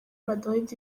madrid